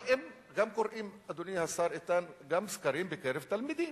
אבל אם קוראים, אדוני השר, גם סקרים בקרב תלמידים,